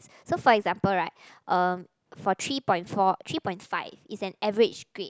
so for example right uh for three point four three point five is an average grade